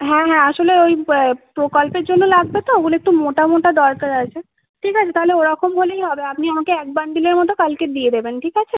হ্যাঁ হ্যাঁ আসলে ওই বা প্রকল্পের জন্য লাগবে তো ওগুলো একটু মোটা মোটা দরকার আছে ঠিক আছে তাহলে ওরাকম হলেই হবে আপনি আমাকে এক বান্ডিলের মতো কালকে দিয়ে দেবেন ঠিক আছে